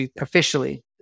officially